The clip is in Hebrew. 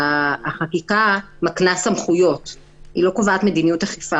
חקיקה מקנה סמכויות, היא לא קובעת מדיניות אכיפה.